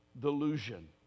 delusion